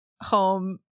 home